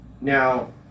Now